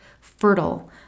fertile